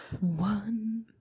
One